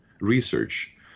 research